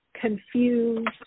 Confused